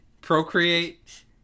Procreate